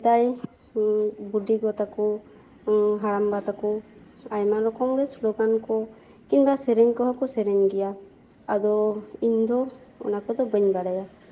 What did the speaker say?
ᱥᱮᱫᱟᱭ ᱵᱩᱰᱤᱜᱚ ᱛᱟᱠᱚ ᱤᱧ ᱦᱟᱲᱟᱢᱵᱟ ᱛᱟᱠᱚ ᱟᱭᱢᱟ ᱨᱚᱠᱚᱢ ᱜᱮ ᱥᱞᱳᱜᱟᱱ ᱠᱚ ᱠᱤᱢᱵᱟ ᱥᱮᱨᱮᱧ ᱠᱚᱦᱚᱸ ᱠᱚ ᱥᱮᱨᱮᱧ ᱜᱮᱭᱟ ᱟᱫᱚ ᱤᱧᱫᱚ ᱚᱱᱟ ᱠᱚᱫᱚ ᱵᱟᱹᱧ ᱵᱟᱲᱟᱭᱟ